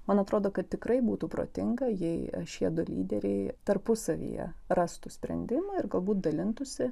man atrodo kad tikrai būtų protinga jei šie du lyderiai tarpusavyje rastų sprendimą ir galbūt dalintųsi